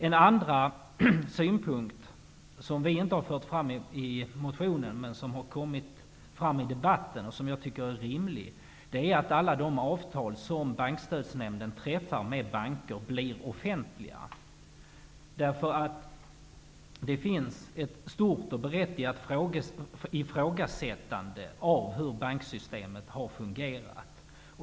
En annan synpunkt som vi inte har fört fram i motionen, men som har kommit fram i debatten, och som jag tycker är rimlig, är att alla avtal som Bankstödsnämnden träffar med banker skall bli offentliga. Det finns ett stort och berättigat ifrågasättande av hur banksystemet har fungerat.